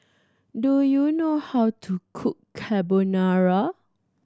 do you know how to cook Carbonara